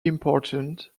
important